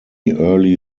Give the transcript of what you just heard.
early